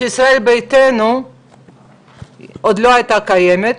כשישראל ביתנו עוד לא הייתה קיימת,